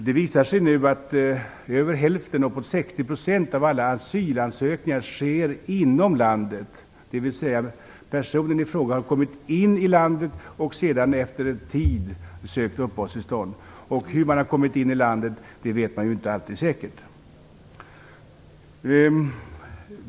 Det visar sig nu att över hälften, uppemot 60 %, av alla asylansökningar sker inom landet, dvs. personen i fråga har kommit in i landet och har sedan efter en tid sökt uppehållstillstånd. Hur personen har kommit in i landet vet man inte alltid säkert.